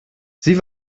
sie